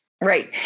Right